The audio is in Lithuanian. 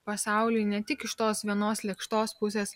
pasaulį ne tik iš tos vienos lėkštos pusės